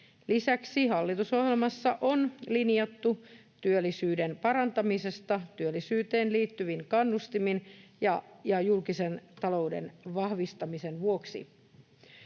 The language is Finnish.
Lisäksi hallitusohjelmassa on linjattu työllisyyden parantamisesta työllisyyteen liittyvin kannustimin ja julkisen talouden vahvistamisen vuoksi.